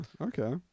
Okay